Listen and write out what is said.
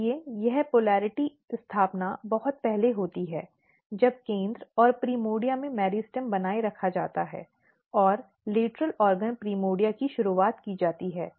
इसलिए यह ध्रुवीयता स्थापना बहुत पहले होती है जब केंद्र और प्राइमोर्डिया में मेरिस्टेम बनाए रखा जाता है और लेटरल ऑर्गन प्रिमोर्डिया की शुरुआत की जाती है